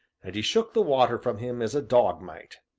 and he shook the water from him as a dog might.